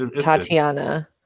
Tatiana